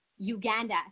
Uganda